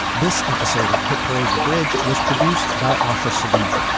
this episode of hit parade the bridge was produced by osha's solution.